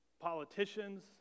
Politicians